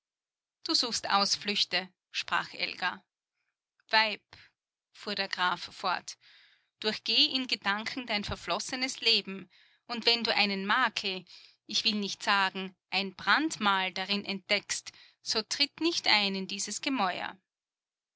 du suchst ausflüchte sprach elga weib fuhr der graf fort durchgeh in gedanken dein verflossenes leben und wenn du eine makel ich will nicht sagen ein brandmal darin entdeckst so tritt nicht ein in dieses gemäuer